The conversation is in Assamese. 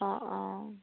অঁ অঁ